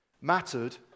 mattered